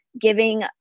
giving